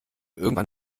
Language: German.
irgendwann